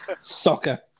Soccer